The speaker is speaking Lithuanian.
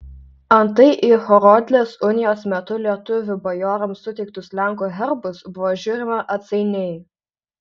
antai į horodlės unijos metu lietuvių bajorams suteiktus lenkų herbus buvo žiūrima atsainiai